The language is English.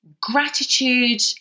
gratitude